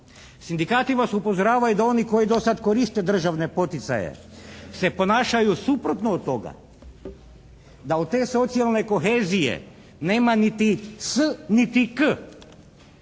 Sindikati vas upozoravaju da oni koji do sad koriste državne poticaje se ponašaju suprotno od toga. Da od te socijalne kohezije nema niti "s" niti "k"